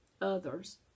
others